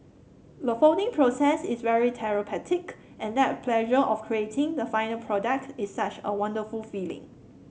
the folding process is very therapeutic and that pleasure of creating the final product is such a wonderful feeling